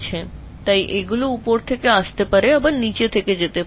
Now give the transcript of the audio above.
উপরে থেকে জিনিসগুলি আসতে পারে তারা নীচে থেকে উপরে যেতে পারে